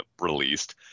released